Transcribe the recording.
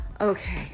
Okay